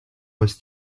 was